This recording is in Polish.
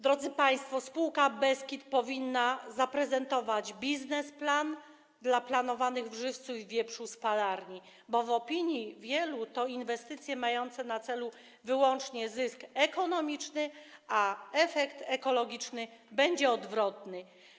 Drodzy państwo, spółka Beskid powinna zaprezentować biznesplan dla planowanych w Żywcu i Wieprzu spalarni, bo w opinii wielu to inwestycje mające na celu wyłącznie zysk ekonomiczny, a efekt ekologiczny będzie odwrotny.